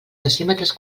decímetres